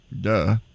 Duh